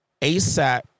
ASAP